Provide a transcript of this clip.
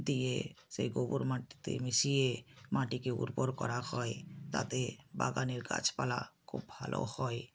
দিয়ে সেই গোবর মাটিতে মিশিয়ে মাটিকে উর্বর করা হয় তাতে বাগানের গাছপালা খুব ভালো হয়